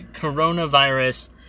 coronavirus